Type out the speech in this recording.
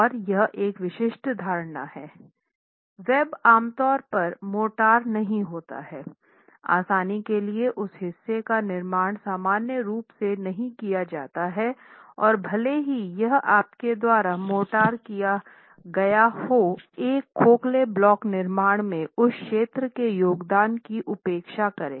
और यह एक विशिष्ट धारणा है वेब आमतौर पर मोर्टार नहीं होता है आसानी के लिए उस हिस्से का निर्माण सामान्य रूप से नहीं किया जाता है और भले ही यह आपके द्वारा मोर्टार किया गया हो एक खोखले ब्लॉक निर्माण में उस क्षेत्र के योगदान की उपेक्षा करें